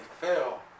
fail